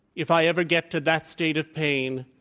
if i ever get to that state of pain,